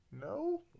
No